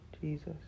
Jesus